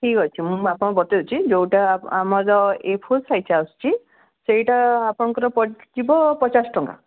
ଠିକ୍ ଅଛି ମୁଁ ଆପଣ ବତଉଛି ଯେଉଁଟା ଆମର ଏ ଫୋର୍ ସାଇଜ୍ ଆସୁଛି ସେଇଟା ଆପଣଙ୍କର ପଡ଼ିଯିବ ପଚାଶ ଟଙ୍କା